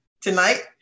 tonight